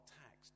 tax